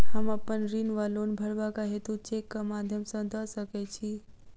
हम अप्पन ऋण वा लोन भरबाक हेतु चेकक माध्यम सँ दऽ सकै छी?